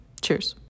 cheers